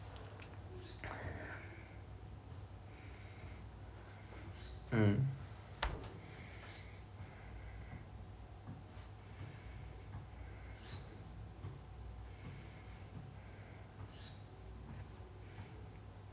mm